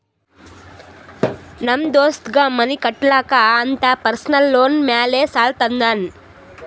ನಮ್ ದೋಸ್ತಗ್ ಮನಿ ಕಟ್ಟಲಾಕ್ ಅಂತ್ ಪರ್ಸನಲ್ ಲೋನ್ ಮ್ಯಾಲೆ ಸಾಲಾ ತಂದಾನ್